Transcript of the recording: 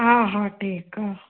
हा हा ठीक आ